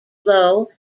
flow